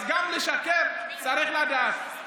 אז גם לשקר צריך לדעת.